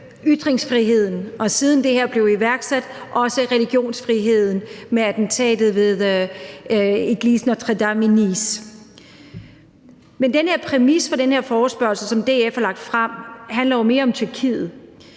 ytringsfriheden, og siden det her blev iværksat, også religionsfriheden med attentatet ved église Notre Dame i Nice. Men den her præmis for den her forespørgsel, som DF har lagt frem, handler jo mere om Tyrkiet.